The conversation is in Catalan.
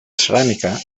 ceràmica